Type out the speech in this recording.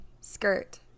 skirt